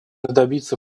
добиться